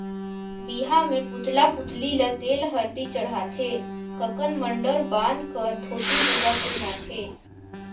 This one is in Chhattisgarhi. बिहा मे पुतला पुतली ल तेल हरदी चढ़ाथे ककन मडंर बांध कर धोती लूगा पहिनाथें